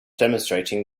demonstrating